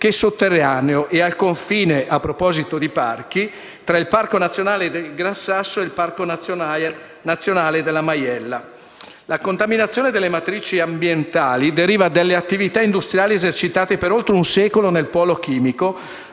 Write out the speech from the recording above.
che sotterraneo e al confine (a proposito di parchi) tra il Parco nazionale Gran Sasso e il Parco nazionale Maiella Morrone. La contaminazione delle matrici ambientali deriva dalle attività industriali esercitate per oltre un secolo nel polo chimico,